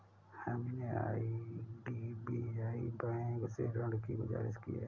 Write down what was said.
हमने IDBI bank से ऋण की गुजारिश की है